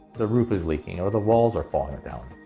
the roof is leaking or the walls are falling down,